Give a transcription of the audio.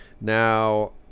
Now